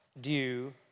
due